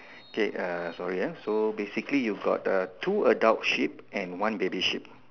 okay sorry so basically you've got two adult sheep and one baby sheep